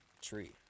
tree